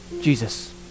Jesus